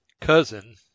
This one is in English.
cousin